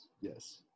Yes